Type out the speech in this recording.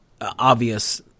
obvious